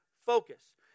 Focus